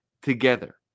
Together